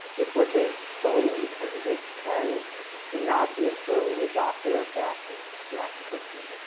it's what they believe and they tend to not be an early adopter of fashion that person,